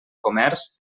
comerç